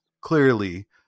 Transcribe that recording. clearly